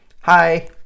hi